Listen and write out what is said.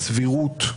סבירות,